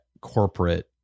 corporate